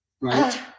right